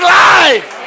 life